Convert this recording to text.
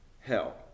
Hell